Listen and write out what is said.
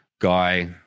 guy